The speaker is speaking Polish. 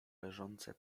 leżące